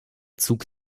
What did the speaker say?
zug